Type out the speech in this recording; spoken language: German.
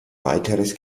weiteres